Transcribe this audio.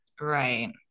Right